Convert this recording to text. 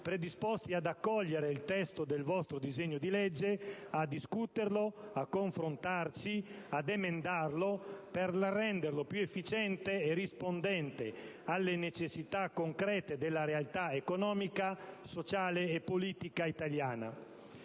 - ad accogliere il testo del vostro disegno di legge, a discuterlo, a confrontarci, ad emendarlo per renderlo più efficiente e rispondente alle necessità concrete della realtà economica, sociale e politica italiana.